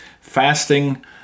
fasting